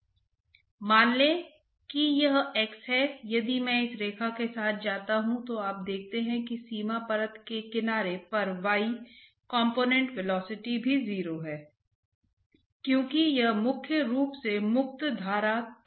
shear stress का उद्देश्य क्या है यह प्रवाह को ढंग से मंद करने वाला है